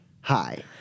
Hi